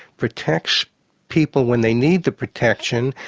protects people when they need the protection,